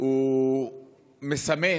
מסמן